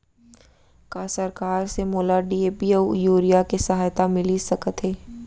का सरकार से मोला डी.ए.पी अऊ यूरिया के सहायता मिलिस सकत हे?